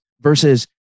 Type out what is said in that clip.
versus